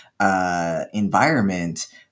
environment